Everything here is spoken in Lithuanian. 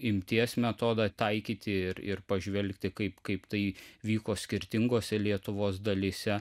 imties metodą taikyti ir ir pažvelgti kaip kaip tai vyko skirtingose lietuvos dalyse